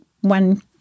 one